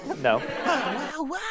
No